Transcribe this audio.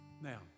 Now